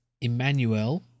Emmanuel